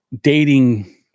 dating